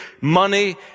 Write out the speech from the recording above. money